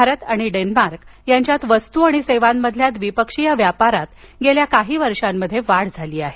भारत आणि डेन्मार्क यांच्यात वस्तू आणि सेवांमधील द्विपक्षीय व्यापारात गेल्या काही वर्षात वाढ झाली आहे